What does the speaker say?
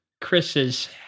chris's